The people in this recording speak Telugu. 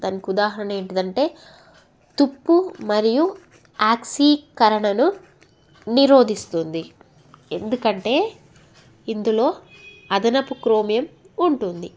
దానికి ఉదాహరణ ఏంటిది అంటే తుప్పు మరియు ఆక్సీకరణను నిరోధిస్తుంది ఎందుకంటే ఇందులో అదనపు క్రోమియం ఉంటుంది